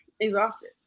exhausted